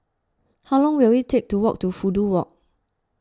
how long will it take to walk to Fudu Walk